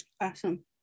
Awesome